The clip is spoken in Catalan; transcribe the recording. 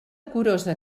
curosa